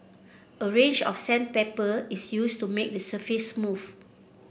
a range of sandpaper is used to make the surface smooth